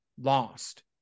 lost